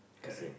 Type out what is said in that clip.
I said